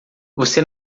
você